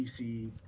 PC